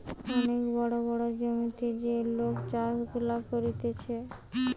অনেক বড় বড় জমিতে যে লোক চাষ গুলা করতিছে